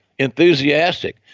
enthusiastic